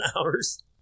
hours